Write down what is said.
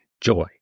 joy